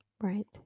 Right